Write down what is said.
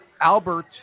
Albert